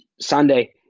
Sunday